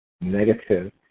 negative